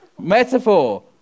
Metaphor